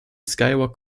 skywalk